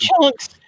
chunks